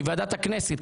מוועדת הכנסת,